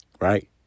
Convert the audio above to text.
Right